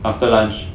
after lunch